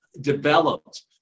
developed